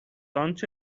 آنچه